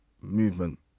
movement